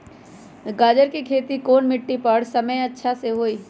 गाजर के खेती कौन मिट्टी पर समय अच्छा से होई?